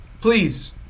please